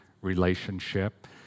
relationship